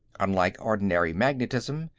unlike ordinary magnetism,